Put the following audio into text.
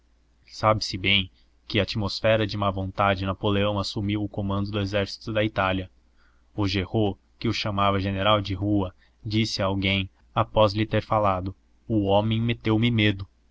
sabe-se bem sob que atmosfera de má vontade napoleão assumiu o comando do exército da itália augereau que o chamava general de rua disse a alguém após lhe ter falado o homem meteu me medo